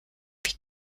wie